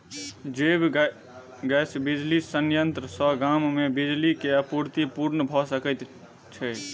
जैव गैस बिजली संयंत्र सॅ गाम मे बिजली के आपूर्ति पूर्ण भ सकैत छै